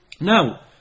Now